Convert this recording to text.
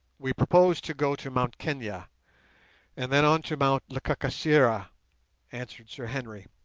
we propose to go to mt kenia and then on to mt lekakisera answered sir henry.